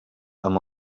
amb